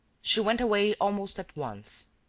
she went away almost at once,